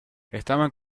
estaban